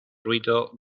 ruido